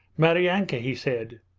maryanka! he said.